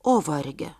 o varge